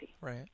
Right